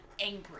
angry